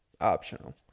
Optional